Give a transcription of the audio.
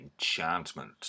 Enchantment